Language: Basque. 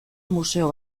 museo